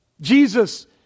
Jesus